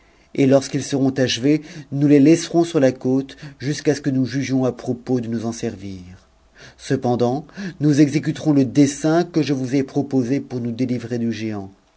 et lorsqu'ils seront achevés nous les laisserons sur la côte jusqu'à ce que nous jugions à propos de nous en servir cependant nous exécuterons le dessein que je vous ai proposé pour nous délivrer du géant